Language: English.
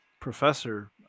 professor